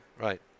right